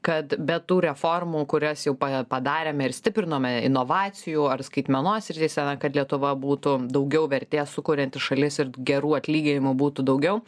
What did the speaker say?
kad be tų reformų kurias jau pa padarėme ir stiprinome inovacijų ar skaitmenos srityse na kad lietuva būtų daugiau vertės sukurianti šalis ir gerų atlyginimų būtų daugiau